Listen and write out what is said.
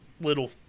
little